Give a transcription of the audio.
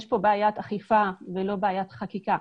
יש כאן בעיית אכיפה ולא בעיית חקיקה.